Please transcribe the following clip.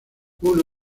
uno